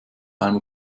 einmal